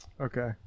Okay